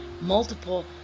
multiple